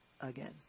again